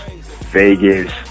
vegas